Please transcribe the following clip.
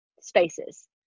spaces